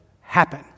happen